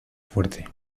fuerte